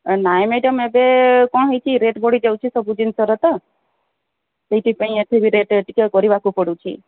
ନାଇଁ ମ୍ୟାଡମ୍ ଏବେ କ'ଣ ହେଇଛି ରେଟ୍ ବଢ଼ିଯାଉଛି ସବୁ ଜିନିଷର ତ ସେଇଥିପାଇଁ ଏଠି ବି ରେଟ୍ ଟିକେ କରିବାକୁ ପଡ଼ୁଛିି